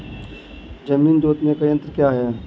जमीन जोतने के यंत्र क्या क्या हैं?